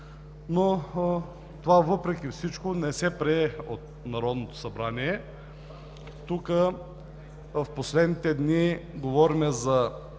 но това въпреки всичко не се прие от Народното събрание. Тук в последните дни говорим за